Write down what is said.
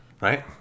right